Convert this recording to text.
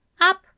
Up